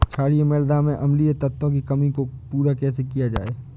क्षारीए मृदा में अम्लीय तत्वों की कमी को पूरा कैसे किया जाए?